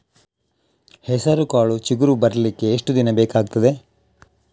ಹೆಸರುಕಾಳು ಚಿಗುರು ಬರ್ಲಿಕ್ಕೆ ಎಷ್ಟು ದಿನ ಬೇಕಗ್ತಾದೆ?